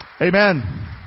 Amen